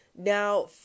Now